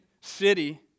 city